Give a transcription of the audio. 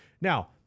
Now